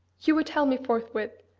you would tell me forthwith,